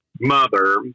mother